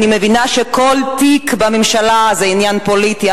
אני מבינה שכל תיק בממשלה זה עניין פוליטי,